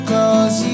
Cause